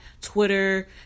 Twitter